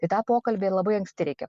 į tą pokalbį labai anksti reikia